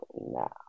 now